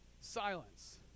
Silence